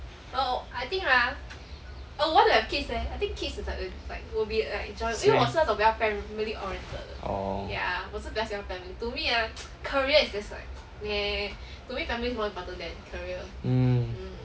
same oh mm